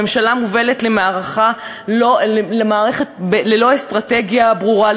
הממשלה מובלת למערכת ללא אסטרטגיה ברורה,